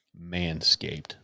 manscaped